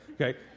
okay